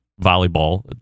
volleyball